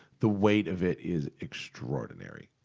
the weight of it is extraordinary.